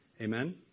Amen